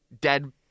dead